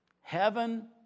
Heaven